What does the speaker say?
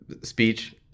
speech